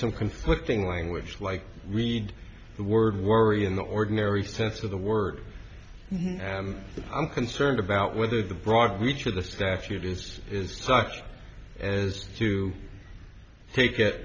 some conflicting language like read the word worry in the ordinary sense of the word and i'm concerned about whether the broad reach of the statute is is such as to take it